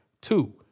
Two